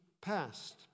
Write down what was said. past